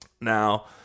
Now